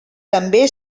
també